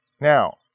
Now